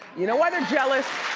you know why they're jealous?